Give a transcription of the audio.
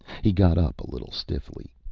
he got up a little stiffly.